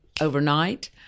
overnight